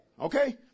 Okay